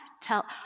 tell